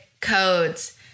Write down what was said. codes